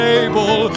able